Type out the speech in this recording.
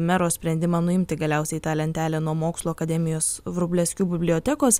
mero sprendimą nuimti galiausiai tą lentelę nuo mokslų akademijos vrublevskių bibliotekos